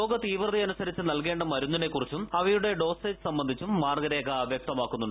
രോഗതീവ്രതയനുസരിച്ച് നൽകേണ്ട മരുന്നിനെക്കുറിച്ചും അവയുടെ ഡോസേജ് സംബന്ധിച്ചും മാർഗ്ഗരേഖ വൃക്തമാക്കുന്നുണ്ട്